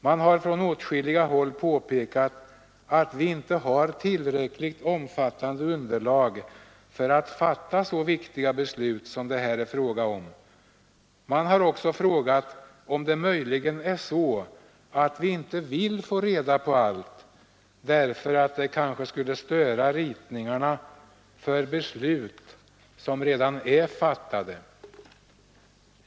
Man har från åtskilliga håll påpekat att vi inte har tillräckligt omfattande underlag för att fatta så viktiga beslut som det här är fråga om. Man har också frågat om det möjligen är så att vi inte vill få reda på allt, därför att det kanske skulle störa ritningarna för beslut som redan är fattade.